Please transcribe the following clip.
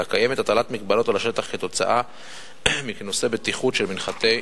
אלא קיימת מגבלת השטח כתוצאה מקונוסי בטיחות של מנחתי מסוקים.